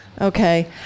Okay